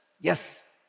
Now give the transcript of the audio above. Yes